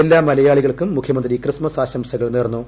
എല്ലാ മലയാളികൾക്കും മുഖ്യമന്ത്രി ക്രിസ്മസ് ആശംസ നേർന്നു